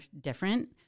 different